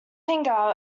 finger